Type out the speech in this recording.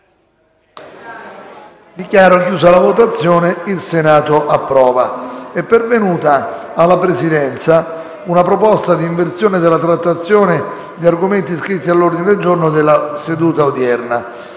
link apre una nuova finestra"). È pervenuta alla Presidenza una proposta di inversione della trattazione di argomenti iscritti all'ordine del giorno della seduta odierna.